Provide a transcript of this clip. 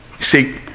See